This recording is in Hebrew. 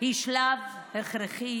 היא שלב הכרחי